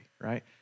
right